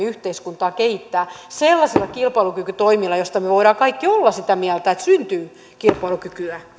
yhteiskuntaa kehittää sellaisilla kilpailukykytoimilla joista me voimme kaikki olla sitä mieltä että syntyy kilpailukykyä